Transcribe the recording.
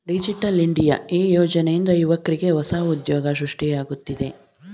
digital India ಈ ಯೋಜನೆಯಿಂದ ಯುವಕ್ರಿಗೆ ಹೊಸ ಉದ್ಯೋಗ ಸೃಷ್ಟಿಯಾಗುತ್ತಿದೆ